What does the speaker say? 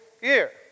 year